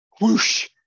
whoosh